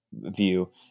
view